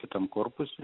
kitam korpuse